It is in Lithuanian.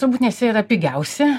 turbūt nes jie yra pigiausi